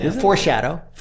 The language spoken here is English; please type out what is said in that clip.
Foreshadow